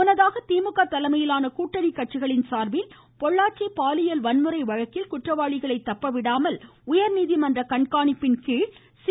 முன்னதாக திமுக தலைமையிலான கூட்டணி கட்சிகளின் சார்பில் பொள்ளாச்சி பாலியல் வன்முறை வழக்கில் குற்றவாளிகளை தப்பவிடாமல் உயா்நீதிமன்ற கண்காணிப்பின் கீழ் சி